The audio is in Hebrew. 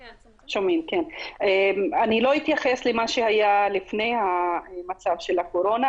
אני לא אתייחס למה שהיה לפני המצב של הקורונה,